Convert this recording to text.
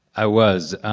i was.